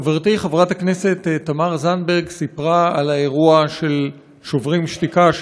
חברתי חברת הכנסת תמר זנדברג סיפרה על האירוע של "שוברים שתיקה"